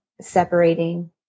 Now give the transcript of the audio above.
separating